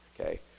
okay